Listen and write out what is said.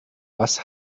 was